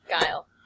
Guile